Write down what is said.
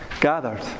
gathered